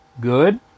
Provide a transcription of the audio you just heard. good